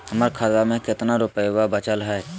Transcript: हमर खतवा मे कितना रूपयवा बचल हई?